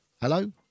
Hello